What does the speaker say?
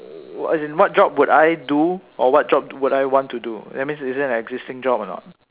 uh as in what job would I do or what job would I want to do that means is there an existing job or not